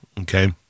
Okay